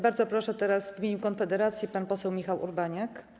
Bardzo proszę, teraz w imieniu Konfederacji pan poseł Michał Urbaniak.